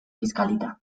kiskalita